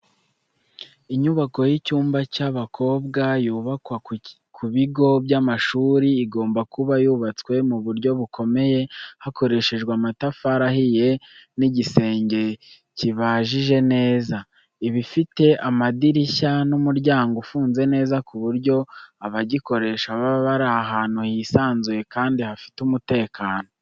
Inyubako y'icyumba cy’abakobwa yubakwa ku bigo by'amashuri, igomba kuba yubatswe mu buryo bukomeye hakoreshejwe amatafari ahiye n’igisenge kibajije neza. Iba ifite amadirishya n’umuryango ufunze neza, ku buryo abagikoresha baba bari ahantu hisanzuye kandi hafite umutekano.